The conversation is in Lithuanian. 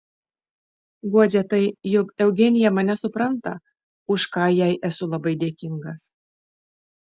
guodžia tai jog eugenija mane supranta už ką jai esu labai dėkingas